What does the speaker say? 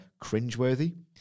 cringeworthy